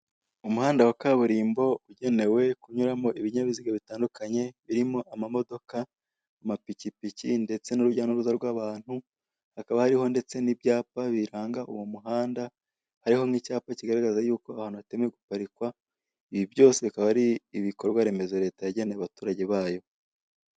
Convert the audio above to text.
Umuhanda wa kaburimbo ugenewe kunyuramo ibinyabiziga bitandukanye birimo amamodoka, amapikipiki ndetse n'urujya n'uruza rw'abantu, hakaba hariho ndetse n'ibyapa biranga uwo muhanda hariho nk'icyapa kigaragaza yuko aho hantu hatemerewe guparikwa, ibi byose bikaba ari ibikorwaremezo leta yageneye abaturage bayo.